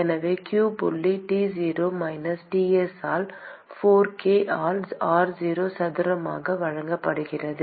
எனவே q புள்ளி T0 minus Ts ஆல் 4 k ஆல் r0 சதுரமாக வழங்கப்படுகிறது